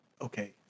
Okay